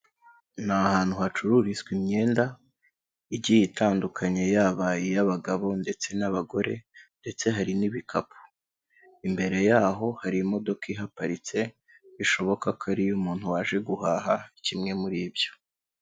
Ni ahantu hacururizwa imyenda igiye itandukanye yaba iy'abagabo ndetse n'abagore ndetse hari n'ibikapu, imbere yaho hari imodoka ihaparitse bishoboka ko ari iy'umuntu waje guhaha kimwe muri ibyo.